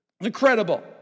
Incredible